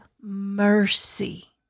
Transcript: mercy